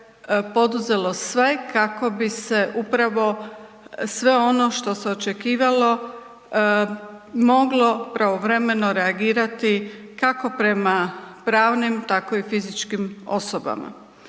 poduzelo sve kako bi se upravo sve ono što se očekivalo, moglo pravovremeno reagirati kako prema pravnim, tako i fizičkim osobama.